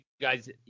guys